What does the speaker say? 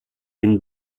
une